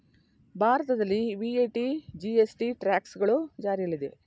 ಭಾರತದಲ್ಲಿ VAT, GST, tax ಗಳು ಜಾರಿಯಲ್ಲಿದೆ